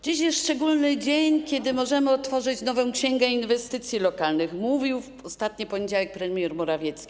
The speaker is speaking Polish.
Dziś jest szczególny dzień, kiedy możemy otworzyć nową księgę inwestycji lokalnych - mówił w ostatni poniedziałek premier Morawiecki.